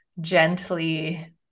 gently